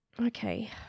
Okay